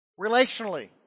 relationally